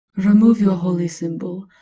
remove your holy symbol.